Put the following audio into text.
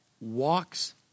Walks